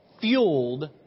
fueled